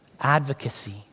Advocacy